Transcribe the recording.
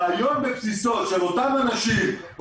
הרעיון בבסיסו של אותם אנשים,